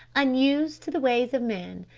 unused to the ways of men,